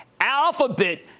Alphabet